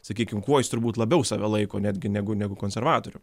sakykim kuo jis turbūt labiau save laiko netgi negu negu konservatorių